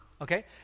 Okay